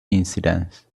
incidents